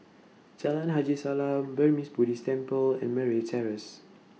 Jalan Haji Salam Burmese Buddhist Temple and Murray Terrace